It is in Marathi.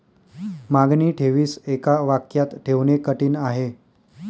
मागणी ठेवीस एका वाक्यात ठेवणे कठीण आहे